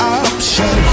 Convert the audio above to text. option